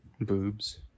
Boobs